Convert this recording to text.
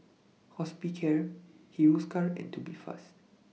Hospicare Hiruscar and Tubifast